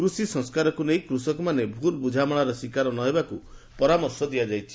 କୃଷି ସଂସ୍କାରକୁ ନେଇ କୃଷକମାନେ ଭୁଲ୍ ବୁଝାମଣାର ଶିକାର ନ ହେବାକୁ ପରାମର୍ଶ ଦିଆଯାଇଛି